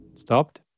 Stopped